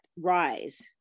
rise